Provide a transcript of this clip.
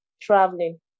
traveling